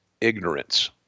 ignorance